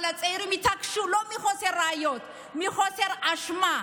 אבל הצעירים התעקשו: לא מחוסר ראיות, מחוסר אשמה.